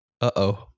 uh-oh